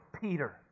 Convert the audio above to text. Peter